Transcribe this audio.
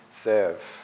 serve